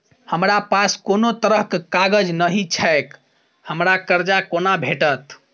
हमरा पास कोनो तरहक कागज नहि छैक हमरा कर्जा कोना भेटत?